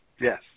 Yes